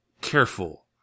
careful